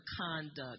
conduct